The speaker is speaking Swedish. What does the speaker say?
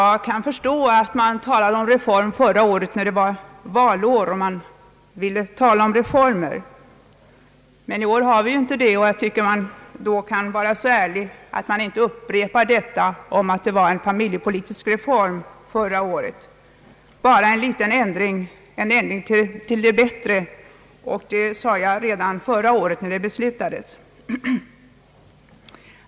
Jag kan förstå att man förra året talade om reform när det var valår och man ville tala om reformer, men i år har vi inte valår, och jag tycker då att man bör vara så ärlig att man inte upprepar att det förra året gällde en familjepolitisk reform utan bara en liten ändring, en ändring till det bättre. Detta sade jag redan förra året när ändringen beslutades.